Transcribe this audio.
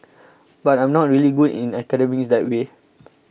but I'm not really good in academics that way